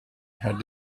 had